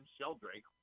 Sheldrake